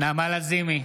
נעמה לזימי,